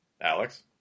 Alex